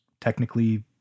technically